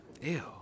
Ew